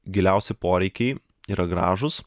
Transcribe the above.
giliausi poreikiai yra gražūs